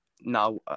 now